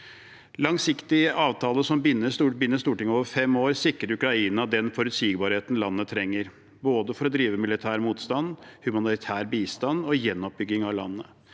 Langsiktige avtaler som binder Stortinget over fem år, sikrer Ukraina forutsigbarheten landet trenger for å drive både militær motstand, humanitær bistand og gjenoppbygging av landet.